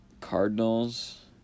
Cardinals